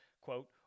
quote